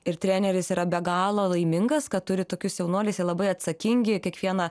ir treneris yra be galo laimingas kad turi tokius jaunuolis jie labai atsakingi kiekvieną